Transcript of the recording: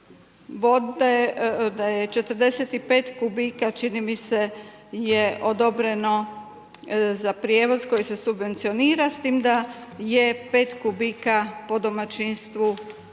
vode, da je 45 kubika čini mi se, je odobreno za prijevoz koji se subvencionira, s tim da je 5 kubika po domaćinstvu je